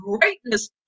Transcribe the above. greatness